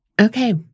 Okay